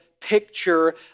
picture